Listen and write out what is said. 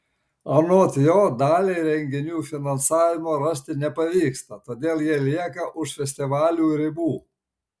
anot jo daliai renginių finansavimo rasti nepavyksta todėl jie lieka už festivalių ribų